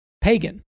pagan